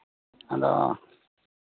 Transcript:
ᱟᱫᱚ